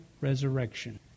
resurrection